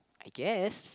I guess